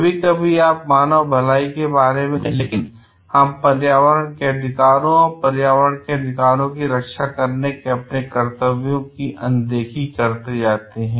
कभी कभी आप मानव भलाई के बारे में सोचते हैं लेकिन हम पर्यावरण के अधिकारों और पर्यावरण के अधिकारों की रक्षा करने के अपने कर्तव्यों की अनदेखी करते हैं